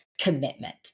commitment